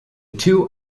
two